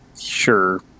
Sure